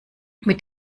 mit